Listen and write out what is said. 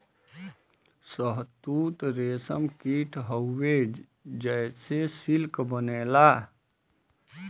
शहतूत रेशम कीट हउवे जेसे सिल्क बनेला